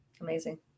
Amazing